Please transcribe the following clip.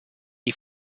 die